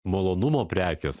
malonumo prekės